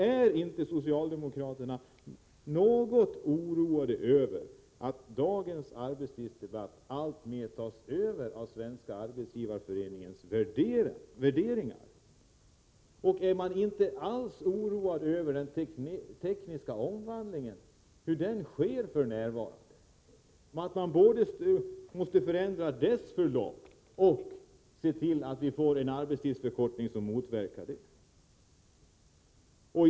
Är inte socialdemokraterna något oroade över att dagens arbetslivsdebatt alltmer präglas av Svenska arbetsgivareföreningens värderingar? Är man inte alls oroad över hur den tekniska omvandlingen sker? Man måste förändra dess förlopp och se till att vi får en arbetstidsförkortning som motverkar omvandlingens negativa följder.